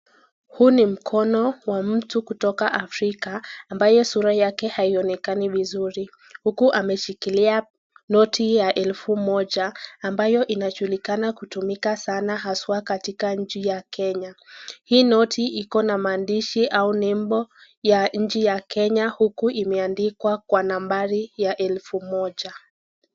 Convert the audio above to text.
Huu ni mkono wa mtu kutoka afrika, ambaye sura yake haionekani vizuri. Huku ameshikilia noti ya elfu moja ambayo inajulikana kutumika sana haswa katika nchi ya Kenya. Hii noti iko na maandishi au nembo ya nchi ya Kenya, uku imeandikwa kwa nambari ya elfu moja.